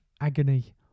agony